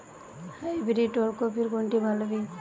Hybrid ওল কপির কোনটি ভালো বীজ?